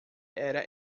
era